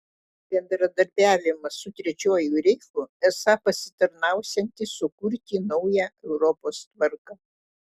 bendradarbiavimas su trečiuoju reichu esą pasitarnausiantis sukurti naują europos tvarką